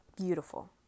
Beautiful